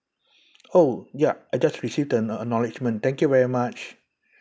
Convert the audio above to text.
oh ya I just received the uh acknowledgement thank you very much